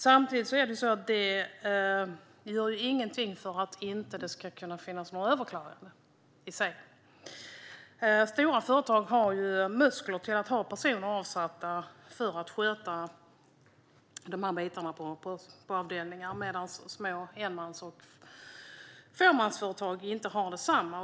Samtidigt gör det ingenting för att förhindra överklaganden i sig. Stora företag har muskler till att ha personer avsatta för att sköta de här bitarna på avdelningar medan små enmans och fåmansföretag inte har detsamma.